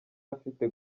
afite